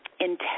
intense